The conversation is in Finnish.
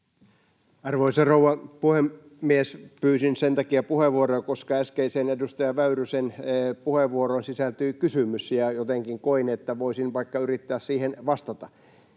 Arvoisa rouva puhemies! Pyysin sen takia puheenvuoroa, koska äskeiseen edustaja Väyrysen puheenvuoroon sisältyi kysymys, ja jotenkin koin, että voisin vaikka yrittää siihen vastata.